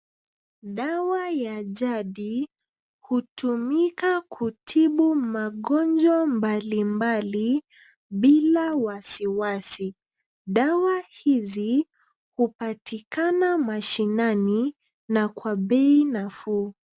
Dawa ya jadi hutumika kutibu magonjwa mbali mbali bila wasiwasi. Dawa hizi hupatikana mashinani na kwa bei nafuu.